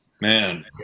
man